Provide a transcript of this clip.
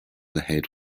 ahead